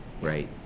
right